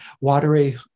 watery